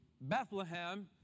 Bethlehem